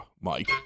Mike